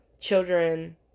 children